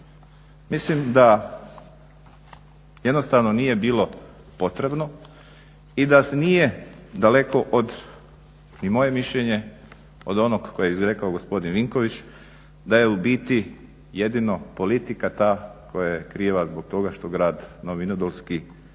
Mislim da jednostavno nije bilo potrebno i da se nije daleko od ni moje mišljenje od onog kojeg je rekao gospodin Vinković da je u biti jedino politika ta koja je kriva zbog toga što grad Novi Vinodolski ne